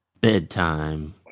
Bedtime